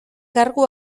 kargu